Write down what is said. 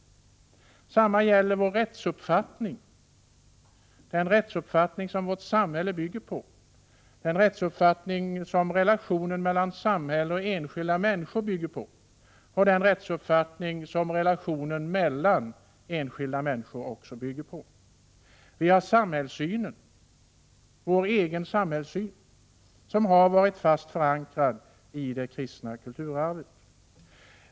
Detsamma gäller den rättsuppfattning som vårt samhälle bygger på och som relationen mellan samhälle och enskilda individer bygger på, liksom relationen mellan enskilda människor. Vår samhällssyn har varit fast förankrad i det kristna kulturarvet.